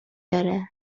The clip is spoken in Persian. داره